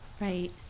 Right